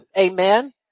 Amen